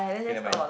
K never mind